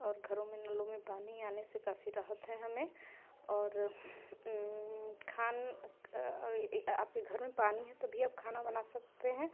और घरों में नलों में पानी आने से काफ़ी राहत है हमें और खान आपके घर में पानी है तभी आप खाना बना सकते हैं